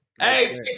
Hey